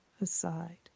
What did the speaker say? aside